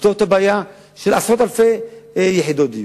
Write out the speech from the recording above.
לפתור את הבעיה של עשרות אלפי יחידות דיור.